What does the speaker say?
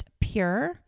Pure